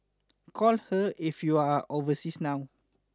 call her if you are overseas now